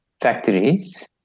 factories